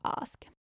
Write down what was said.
ask